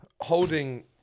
holding